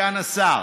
סגן השר.